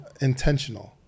intentional